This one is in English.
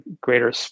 greater